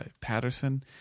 Patterson